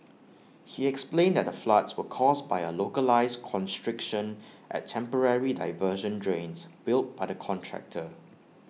he explained that the floods were caused by A localised constriction at temporary diversion drains built by the contractor